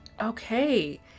Okay